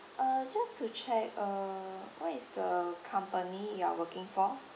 uh just to check uh what is the company you are working for